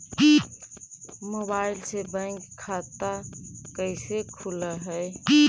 Mobile से bank खाता कैसे खुल है?